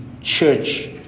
church